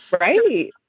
Right